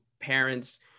parents